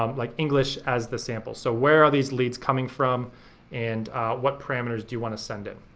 um like english as the sample. so where are these leads coming from and what parameters do you want to send in.